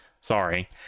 sorry